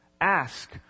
Ask